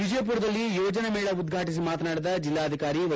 ವಿಜಯಪುರದಲ್ಲಿ ಯುವಜನ ಮೇಳ ಉದ್ವಾಟಿಸಿ ಮಾತನಾದಿದ ಜಿಲ್ಲಾಧಿಕಾರಿ ವೈ